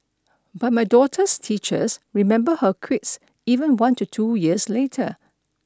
but my daughter's teachers remember her quirks even one to two years later